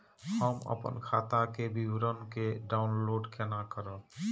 हम अपन खाता के विवरण के डाउनलोड केना करब?